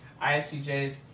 ISTJs